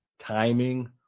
timing